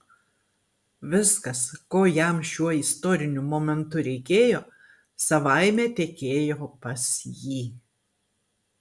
viskas ko jam šiuo istoriniu momentu reikėjo savaime tekėjo pas jį